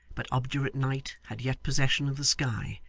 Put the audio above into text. but obdurate night had yet possession of the sky,